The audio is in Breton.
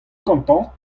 gantañ